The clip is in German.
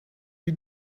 die